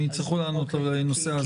הם יצטרכו לענות על נושא ההסברה.